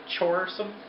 choresome